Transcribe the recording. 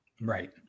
right